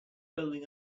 building